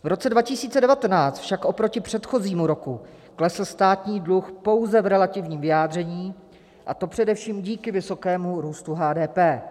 V roce 2019 však oproti předchozímu roku klesl státní dluh pouze v relativním vyjádření, a to především díky vysokému růstu HDP.